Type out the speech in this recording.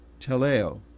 teleo